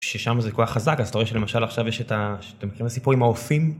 ששם זה כוח חזק אז אתה רואה שלמשל עכשיו יש את ה..אתה מכיר את הסיפור עם האופים?